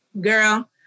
Girl